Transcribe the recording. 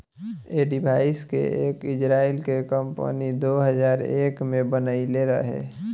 ऐ डिवाइस के एक इजराइल के कम्पनी दो हजार एक में बनाइले रहे